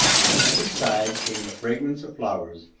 from every side came the fragrance of flowers,